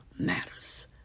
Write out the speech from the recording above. matters